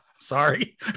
Sorry